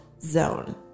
zone